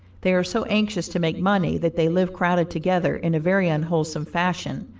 they are so anxious to make money that they live crowded together in a very unwholesome fashion.